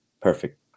perfect